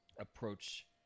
approach